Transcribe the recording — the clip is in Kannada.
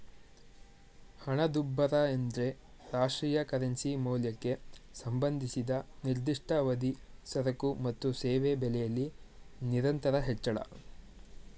ಹಣದುಬ್ಬರ ಎಂದ್ರೆ ರಾಷ್ಟ್ರೀಯ ಕರೆನ್ಸಿ ಮೌಲ್ಯಕ್ಕೆ ಸಂಬಂಧಿಸಿದ ನಿರ್ದಿಷ್ಟ ಅವಧಿ ಸರಕು ಮತ್ತು ಸೇವೆ ಬೆಲೆಯಲ್ಲಿ ನಿರಂತರ ಹೆಚ್ಚಳ